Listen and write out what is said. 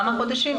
כמה חודשים?